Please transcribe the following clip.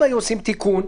אם היו עושים תיקון,